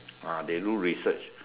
ah they do research